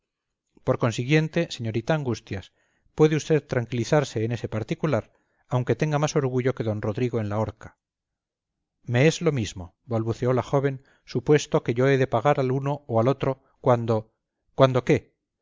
por consiguiente señorita angustias puede usted tranquilizarse en ese particular aunque tenga más orgullo que d rodrigo en la horca me es lo mismo balbuceó la joven supuesto que yo he de pagar al uno o al otro cuando cuando qué